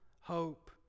hope